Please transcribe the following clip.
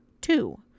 Two